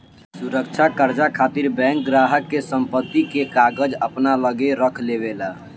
सुरक्षा कर्जा खातिर बैंक ग्राहक के संपत्ति के कागज अपना लगे रख लेवे ला